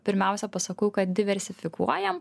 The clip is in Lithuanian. pirmiausia pasakau kad diversifikuojam